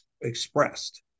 expressed